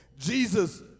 Jesus